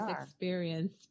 experience